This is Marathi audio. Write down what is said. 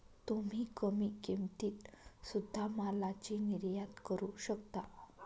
तुम्ही कमी किमतीत सुध्दा मालाची निर्यात करू शकता का